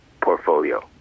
portfolio